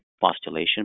postulation